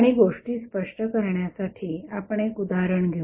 आणि गोष्टी स्पष्ट करण्यासाठी आपण एक उदाहरण घेऊ